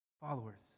followers